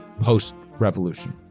post-revolution